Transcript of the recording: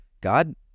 God